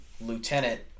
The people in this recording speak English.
lieutenant